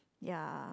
ya